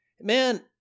Man